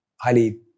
highly